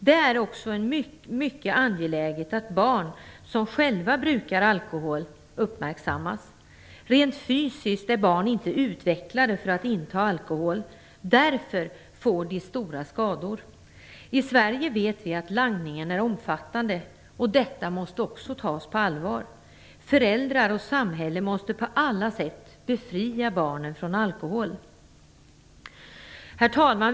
Det är också mycket angeläget att barn som själva brukar alkohol uppmärksammas. Rent fysiskt är barn inte utvecklade för att inta alkohol. Därför får de stora skador. Vi vet att langningen är omfattande i Sverige. Detta måste också tas på allvar. Föräldrar och samhälle måste på alla sätt befria barnen från alkohol. Herr talman!